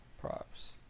Props